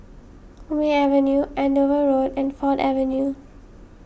Hume Avenue Andover Road and Ford Avenue